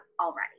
already